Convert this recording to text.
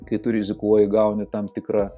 kai tu rizikuoji gauni tam tikrą